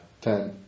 Ten